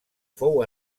fou